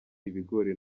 ibigori